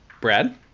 Brad